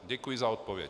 Děkuji za odpověď.